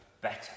better